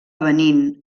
benín